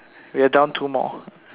we are down two more